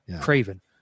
Craven